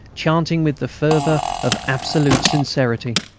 chanting with the fervour of absolute sincerity.